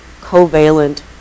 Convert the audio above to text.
covalent